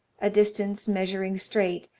a distance, measuring straight,